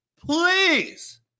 Please